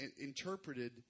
interpreted